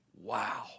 Wow